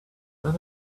let